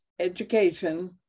education